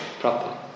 properly